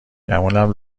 گمونم